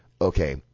okay